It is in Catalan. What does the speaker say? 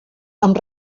amb